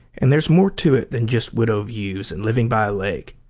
and there's more to it than just window-views and living by a lake.